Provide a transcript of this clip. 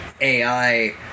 AI